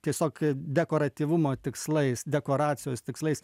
tiesiog dekoratyvumo tikslais dekoracijos tikslais